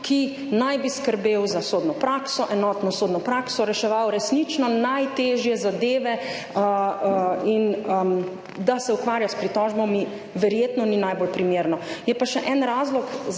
ki naj bi skrbel za sodno prakso, enotno sodno prakso, reševal resnično najtežje zadeve, in da se ukvarja s pritožbami, verjetno ni najbolj primerno. Je pa še en razlog,